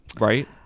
Right